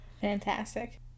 fantastic